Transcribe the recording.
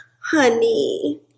honey